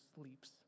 sleeps